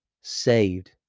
saved